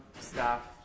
staff